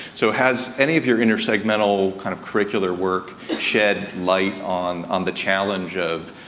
so, has any of your intersegmental kind of curricular work shed light on on the challenge of,